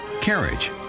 Carriage